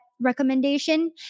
recommendation